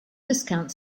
discount